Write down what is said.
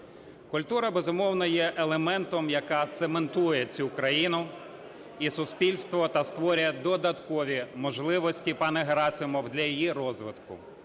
Культура, безумовно, є елементом, який цементує цю країну і суспільство та створює додаткові можливості, пане Герасимов, для її розвитку.